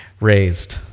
raised